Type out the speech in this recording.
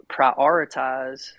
prioritize